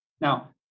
Now